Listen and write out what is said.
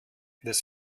das